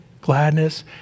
gladness